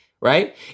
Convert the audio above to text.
right